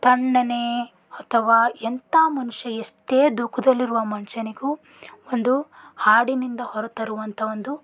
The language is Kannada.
ತಣ್ಣನೆ ಅಥವಾ ಎಂಥಾ ಮನುಷ್ಯ ಎಷ್ಟೇ ದುಃಖದಲ್ಲಿರುವ ಮನುಷ್ಯನಿಗೂ ಒಂದು ಹಾಡಿನಿಂದ ಹೊರತರುವಂಥ ಒಂದು